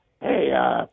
Hey